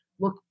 look